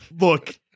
Look